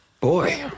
Boy